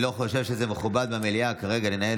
אני לא חושב שזה מכובד במליאה כרגע לנהל